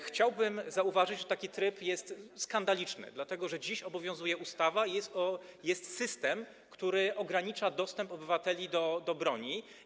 Chciałbym zauważyć, że taki tryb jest skandaliczny, dlatego że dziś obowiązuje ustawa i jest system, który ogranicza dostęp obywateli do broni.